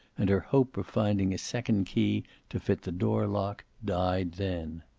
and her hope of finding a second key to fit the door-lock died then.